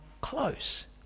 close